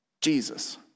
Jesus